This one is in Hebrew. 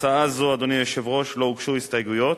להצעה זו, אדוני היושב-ראש, לא הוגשו הסתייגויות.